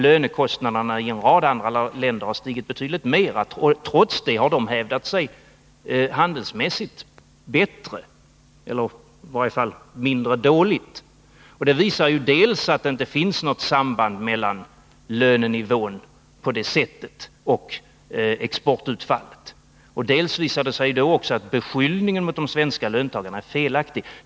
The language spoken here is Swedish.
Lönekostnaderna i en rad andra länder har stigit betydligt mer. Trots detta har dessa handelsmässigt hävdat sig bättre eller i varje fall mindre dåligt. Det visar dels att det på detta sätt inte finns något samband mellan lönenivån och exportutfallet, dels att beskyllningarna mot de svenska löntagarna är felaktiga.